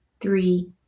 three